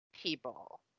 people